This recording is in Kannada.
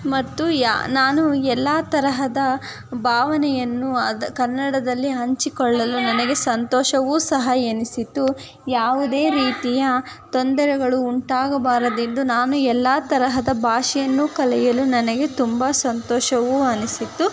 ಮತ್ತು ಯಾ ನಾನು ಎಲ್ಲ ತರಹದ ಭಾವನೆಯನ್ನು ಅದು ಕನ್ನಡದಲ್ಲಿ ಹಂಚಿಕೊಳ್ಳಲು ನನಗೆ ಸಂತೋಷವೂ ಸಹ ಎನಿಸಿತು ಯಾವುದೇ ರೀತಿಯ ತೊಂದರೆಗಳು ಉಂಟಾಗಬಾರದೆಂದು ನಾನು ಎಲ್ಲ ತರಹದ ಭಾಷೆಯನ್ನು ಕಲಿಯಲು ನನಗೆ ತುಂಬ ಸಂತೋಷವೂ ಅನಿಸಿತು